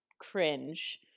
cringe